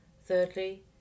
Thirdly